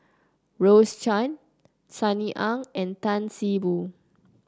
Rose Chan Sunny Ang and Tan See Boo